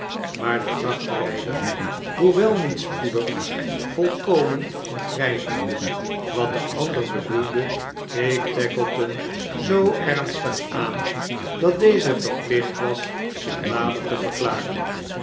maar de vrachtrijder hoewel aiet spoedig volkomen begrijpende wat de ander bedoelde keek tackleton zoo ernstig aan dat deze verplicht was zich nader te verklaren